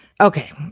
Okay